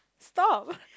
stop